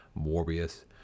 Morbius